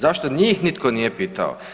Zašto njih nitko nije pitao?